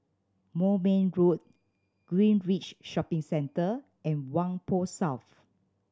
Moulmein Road Greenridge Shopping Centre and Whampoa South